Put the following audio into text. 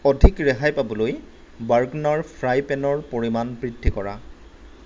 অধিক ৰেহাই পাবলৈ বাৰ্গনাৰ ফ্ৰাই পেনৰ পৰিমাণ বৃদ্ধি কৰা